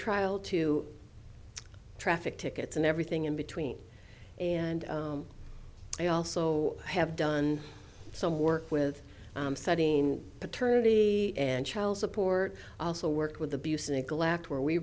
trial to traffic tickets and everything in between and i also have done some work with studying paternity and child support also work with abuse neglect where we